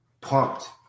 pumped